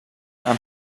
amb